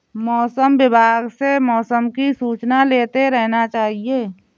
मौसम विभाग से मौसम की सूचना लेते रहना चाहिये?